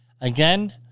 Again